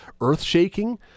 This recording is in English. earth-shaking